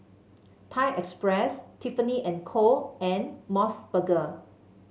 Thai Express Tiffany And Co and MOS burger